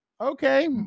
okay